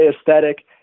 aesthetic